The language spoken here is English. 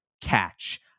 catch